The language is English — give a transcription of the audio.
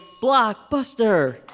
Blockbuster